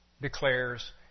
declares